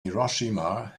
hiroshima